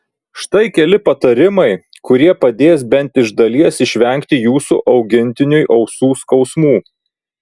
štai keli patarimai kurie padės bent iš dalies išvengti jūsų augintiniui ausų skausmų